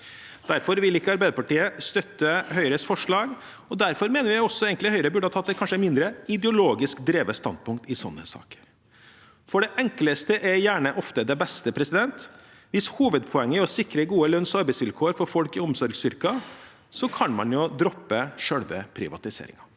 Derfor vil ikke Arbeiderpartiet støtte Høyres forslag, og derfor mener vi egentlig også at Høyre kanskje burde ha tatt et mindre ideologisk drevet standpunkt i sånne saker. For det enkleste er gjerne ofte det beste. Hvis hovedpoenget er å sikre gode lønnsog arbeidsvilkår for folk i omsorgsyrker, kan man jo droppe selve privatiseringen.